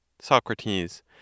SOCRATES